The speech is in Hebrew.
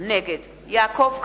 נגד יעקב כץ,